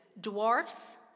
dwarfs